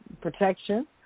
protection